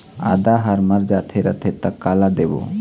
आदा हर मर जाथे रथे त काला देबो?